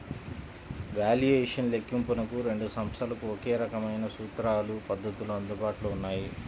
valuation లెక్కింపునకు రెండు సంస్థలకు ఒకే రకమైన సూత్రాలు, పద్ధతులు అందుబాటులో ఉన్నాయి